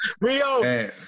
Rio